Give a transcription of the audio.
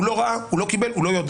הוא לא ראה, הוא לא קיבל, הוא לא יודע.